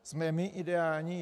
Jsme my ideální?